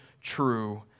true